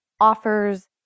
offers